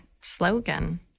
slogan